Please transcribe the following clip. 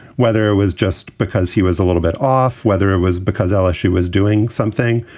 whether it was just because he was a little bit off. whether it was because all she was doing something.